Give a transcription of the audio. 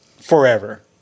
forever